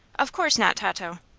of course not, tato.